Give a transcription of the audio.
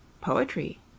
Poetry